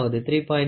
54 0